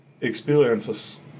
experiences